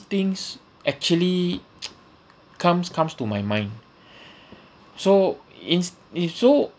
things actually comes comes to my mind so ins~ if so